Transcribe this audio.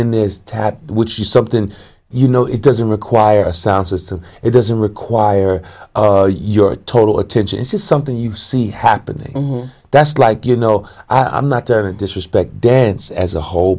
then there's tap which is something you know it doesn't require a sound system it doesn't require your total attention it's just something you see happening that's like you know i'm not to disrespect dance as a whole